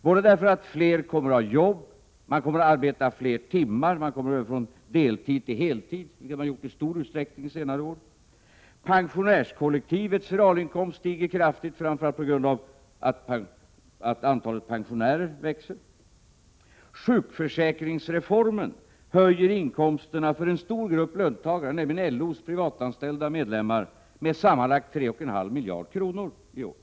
Fler människor kommer att ha jobb, de kommer att arbeta fler timmar, och somliga kommer att övergå från deltidstill heltidsarbete, något som också har skett i stor utsträckning under senare år. Pensionärskollektivets realinkomster stiger kraftigt framför allt till följd av att antalet pensionärer ökar. Sjukförsäkringsreformen höjer inkomsterna för en stor grupp löntagare, nämligen LO:s privatanställda medlemmar, med sammanlagt 3,5 miljarder kronor i år.